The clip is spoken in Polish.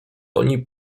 oni